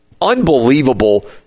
unbelievable